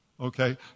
Okay